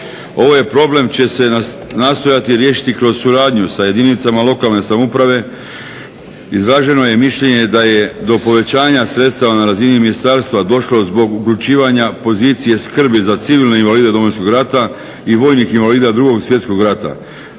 Ovaj problem će se nastojati riješiti kroz suradnju sa jedinicama lokalne samouprave. Izraženo je mišljenje da je do povećanja sredstava na razini ministarstva došlo zbog uključivanja pozicije skrbi za civilne invalide Domovinskog rata i vojnih invalida Drugog svjetskog rata